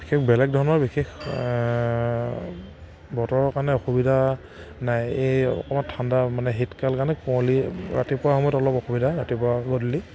বিশেষ বেলেগ ধৰণৰ বিশেষ বতৰৰ কাৰণে অসুবিধা নাই এই অকণমান ঠাণ্ডা মানে শীতকাল কাৰণে কুঁৱলী ৰাতিপুৱা সময়ত অলপ অসুবিধা ৰাতিপুৱা গধূলি